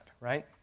right